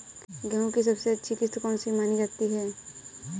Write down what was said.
गेहूँ की सबसे अच्छी किश्त कौन सी मानी जाती है?